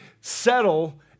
settle